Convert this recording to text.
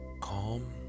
calm